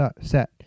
set